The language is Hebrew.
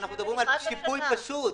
אנחנו מדברים על שיפוי פשוט,